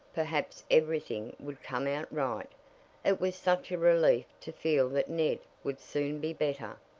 perhaps everything would come out right it was such a relief to feel that ned would soon be better.